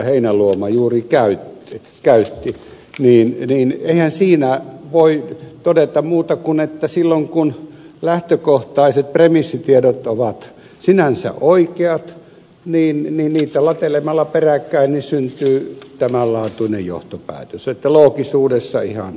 heinäluoma juuri käytti niin eihän siinä voi todeta muuta kuin että silloin kun lähtökohtaiset premissitiedot ovat sinänsä oikeat niin niitä latelemalla peräkkäin syntyy tämän laatuinen johtopäätös niin että loogisuudessaan ihan ok